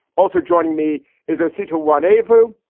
also joining me is only to want a view,